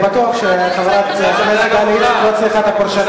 אני בטוח שחברת הכנסת דליה איציק לא צריכה את הפרשנות.